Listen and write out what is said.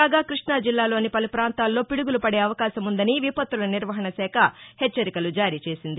కాగా క్బష్ణాజిల్లాలోని పలు పాంతాల్లో పిడుగులు పదే అవకాశముందని విపత్తుల నిర్వహణ శాఖ హెచ్చరికలు జారీ చేసింది